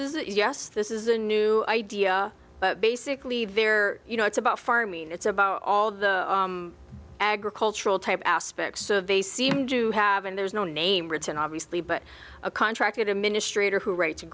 is yes this is a new idea but basically they're you know it's about farming it's about all the agricultural type aspects of a seemed to have and there's no name written obviously but a contract administrator who write